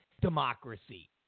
democracy